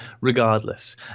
regardless